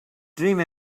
dreams